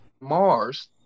Mars